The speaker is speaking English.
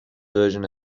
version